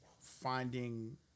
finding